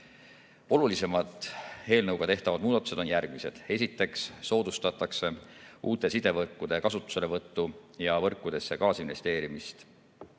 Olulisemad eelnõuga tehtavad muudatused on järgmised. Esiteks, soodustatakse uute sidevõrkude kasutuselevõttu ja võrkudesse kaasinvesteerimist